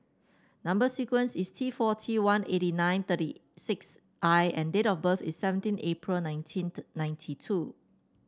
number sequence is T four T one eighty nine thirty six I and date of birth is seventeen April nineteenth ninety two